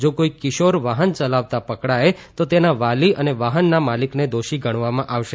જા કોઇ કિશોર વાહન યલાવતા પકડાય તો તેના વાલી અને વાહનના માલિકને દોષી ગણવામાં આવશે